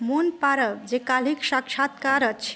मोन पाड़व जे काल्हि साक्षात्कार अछि